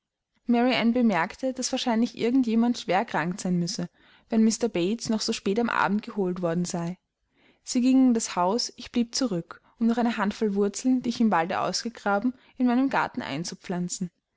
mary ann bemerkte daß wahrscheinlich irgend jemand schwer erkrankt sein müsse wenn mr bates noch so spät am abend geholt worden sei sie ging in das haus ich blieb zurück um noch eine handvoll wurzeln die ich im walde ausgegraben in meinem garten